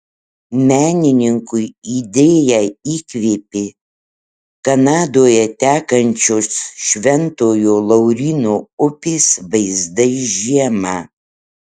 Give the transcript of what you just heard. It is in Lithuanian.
menininkui idėją įkvėpė kanadoje tekančios šventojo lauryno upės vaizdai žiemą